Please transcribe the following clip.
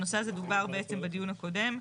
הנושא הזה דובר בעצם בדיון הקודם.